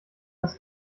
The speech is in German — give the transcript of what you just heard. das